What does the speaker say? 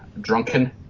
drunken